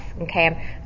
okay